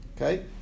Okay